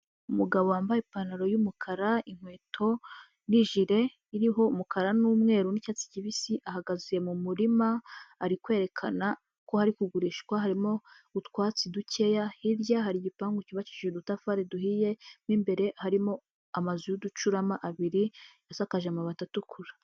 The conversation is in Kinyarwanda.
Umugabo wambaye ipantaro y'umukara, inkweto n'ijire iriho umukara n'umweru n'icyatsi kibisi ahagaze mu murima ari kwerekana ko hari kugurishwa, harimo utwatsi dukeya, hirya hari igipangu cyubakishije udutafari duhi mu imbere harimo amazu y'uducurama abiri asakaje amabati atukura.